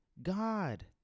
God